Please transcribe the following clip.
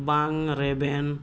ᱵᱟᱝ ᱨᱮᱵᱮᱱ